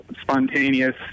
spontaneous